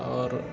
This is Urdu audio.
اور